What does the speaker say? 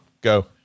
Go